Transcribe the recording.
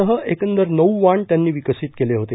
सह एकंदर नऊ वाण त्यांनी विकसित केले होते